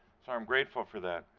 so i'm grateful for that.